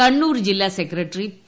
കണ്ണൂർ ജില്ലാ secretary P